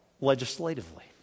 legislatively